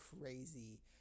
crazy